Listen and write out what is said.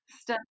Step